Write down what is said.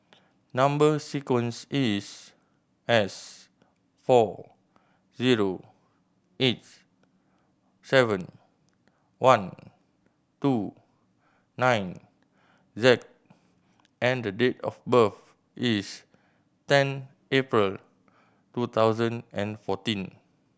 number sequence is S four zero eight seven one two nine Z and the date of birth is ten April two thousand and fourteen